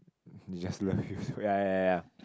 they just love you ya ya ya ya